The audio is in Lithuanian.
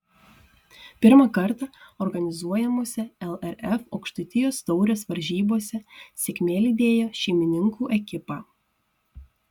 pirmą kartą organizuojamose lrf aukštaitijos taurės varžybose sėkmė lydėjo šeimininkų ekipą